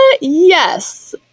Yes